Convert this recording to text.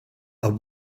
are